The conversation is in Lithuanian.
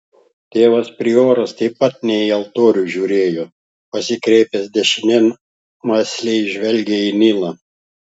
tėvas prioras taip pat ne į altorių žiūrėjo pasikreipęs dešinėn mąsliai žvelgė į nilą